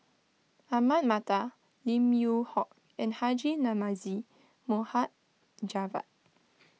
Ahmad Mattar Lim Yew Hock and Haji Namazie Mohd Javad